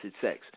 sex